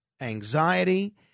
anxiety